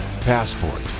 Passport